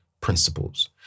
principles